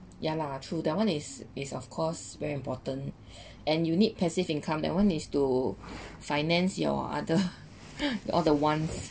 ya lah true that one is is of course very important and you need passive income that one is to finance your other all the wants